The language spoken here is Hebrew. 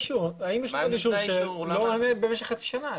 יש לכם אישור, אם הוא לא עונה במשך חצי שנה.